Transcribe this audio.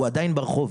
הוא עדיין ברחוב.